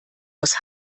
aus